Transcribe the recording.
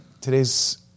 Today's